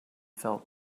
felt